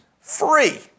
free